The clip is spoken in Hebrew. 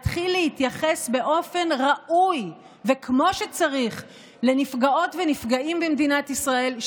להתחיל להתייחס באופן ראוי וכמו שצריך לנפגעות ולנפגעים במדינת ישראל.